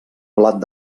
blat